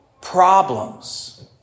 problems